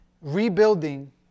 Rebuilding